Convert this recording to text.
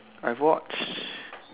I have watched